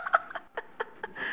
then outside ah